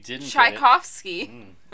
Tchaikovsky